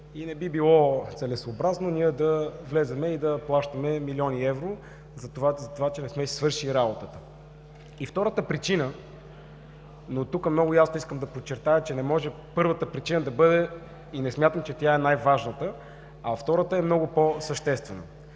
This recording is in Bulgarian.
и не би било целесъобразно ние да влезем и да плащаме милиони евро за това, че не сме си свършили работата. Но тук много ясно искам да подчертая, че не може първата причина да бъде и не смятам, че тя е най-важната, а втората е много по-съществена.